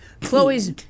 Chloe's